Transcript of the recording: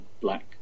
black